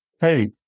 hey